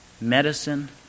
medicine